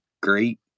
great